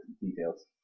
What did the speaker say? details